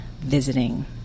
visiting